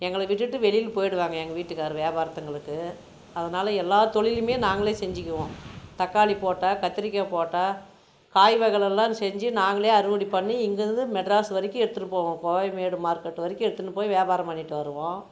எங்களை விட்டுவிட்டு வெளியில் போயிவிடுவாங்க எங்கள் வீட்டுக்கார் வியாபாரத்தங்களுக்கு அதனால் எல்லா தொழிலையுமே நாங்களே செஞ்சிக்குவோம் தக்காளி போட்டால் கத்திரிக்காய் போட்டால் காய் வகைளெல்லாம் செஞ்சு நாங்களே அறுவடை பண்ணி இங்கேருந்து மெட்ராஸ் வரைக்கும் எடுத்துரு போவோம் கோயம்மேடு மார்க்கெட்டு வரைக்கும் எடுத்துன்னு போய் வியாபாரம் பண்ணிவிட்டு வருவோம்